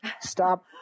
stop